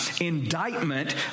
indictment